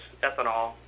ethanol